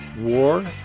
war